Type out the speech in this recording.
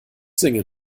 singe